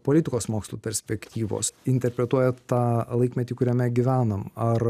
politikos mokslų perspektyvos interpretuojat tą laikmetį kuriame gyvenam ar